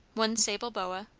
one sable boa.